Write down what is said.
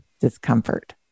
discomfort